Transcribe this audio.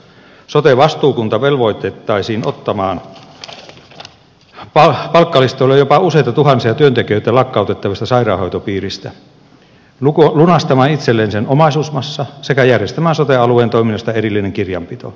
sote vastuukunta velvoitettaisiin ottamaan palkkalistoilleen jopa useita tuhansia työntekijöitä lakkautettavasta sairaanhoitopiiristä lunastamaan itselleen sen omaisuusmassa sekä järjestämään sote alueen toiminnasta erillinen kirjanpito